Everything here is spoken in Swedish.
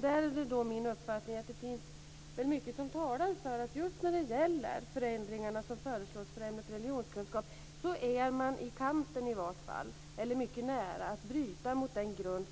Det är min uppfattning att det finns mycket som talar för att man just när det gäller de förändringar som föreslås för ämnet religionskunskap är så att säga i kanten av, mycket nära, att bryta mot den grund